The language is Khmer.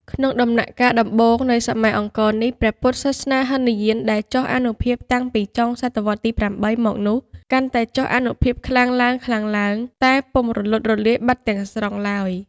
ក្នុងដំណាក់កាលដំបូងនៃសម័យអង្គរនេះ ព្រះពុទ្ធសាសនាហីនយានដែលចុះអានុភាពតាំងពីចុងសតវត្សទី ៨ មកនោះ កាន់តែចុះអានុភាពខ្លាំងឡើងៗ តែពុំរលត់រលាយបាត់ទាំងស្រុងឡើយ ។